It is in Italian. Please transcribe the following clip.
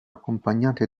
accompagnate